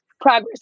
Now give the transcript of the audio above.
progress